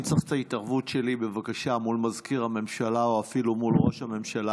אם צריך את ההתערבות שלי מול מזכיר הממשלה או אפילו מול ראש הממשלה,